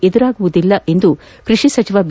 ಎದುರಾಗುವುದಿಲ್ಲ ಎಂದು ಕೃಷಿ ಸಚಿವ ಬಿ